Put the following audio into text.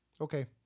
Okay